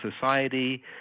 society